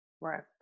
Right